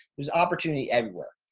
there's opportunity everywhere.